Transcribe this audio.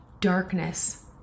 darkness